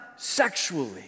sexually